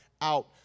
out